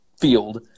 field